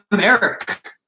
eric